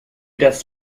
das